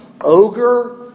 ogre